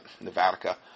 Nevada